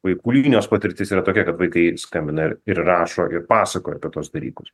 vaikų linijos patirtis yra tokia kad vaikai skambina ir ir rašo ir pasakoja apie tuos dalykus